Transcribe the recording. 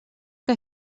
que